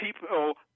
people